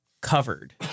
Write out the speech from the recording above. covered